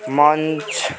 munch